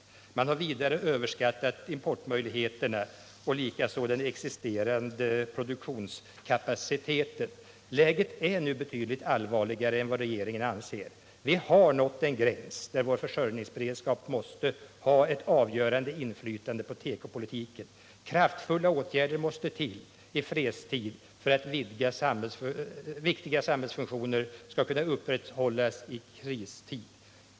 Vidare har man överskattat importmöjligheterna och likaså den existerande produktionskapaciteten. Läget är nu betydligt allvarligare än vad regeringen anser. Vi har nått en gräns, där vår försörjningsberedskap måste ha ett avgörande inflytande på tekopolitiken och kraftfulla åtgärder måste till i fredstid för att viktiga samhällsfunktioner skall kunna upprätthållas i kristid.